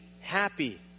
happy